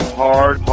hard